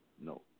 no